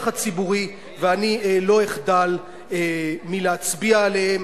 הציבורי ואני לא אחדל מלהצביע עליהם.